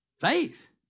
faith